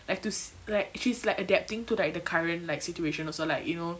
like to like she's like adapting to like the current like situation also like you know